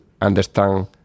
understand